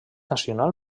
nacional